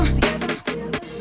together